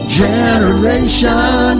generation